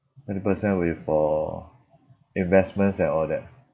twenty percent will be for investments and all that